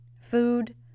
food